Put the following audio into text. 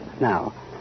Now